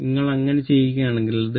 നിങ്ങൾ അങ്ങനെ ചെയ്യുകയാണെങ്കിൽ അത്